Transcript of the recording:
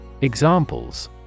Examples